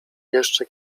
jeszcze